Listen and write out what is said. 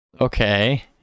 okay